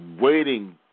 waiting